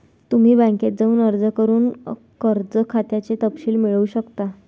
तुम्ही बँकेत जाऊन अर्ज करून कर्ज खात्याचे तपशील मिळवू शकता